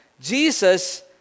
Jesus